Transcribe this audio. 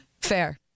Fair